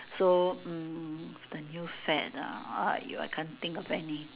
so mm what's the new fad ah !aiyo! I can't think of any